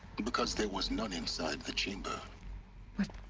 because there was none inside the chamber but.